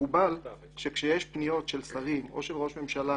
מקובל שכשיש פניות של שרים או של ראש ממשלה